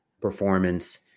performance